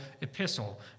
epistle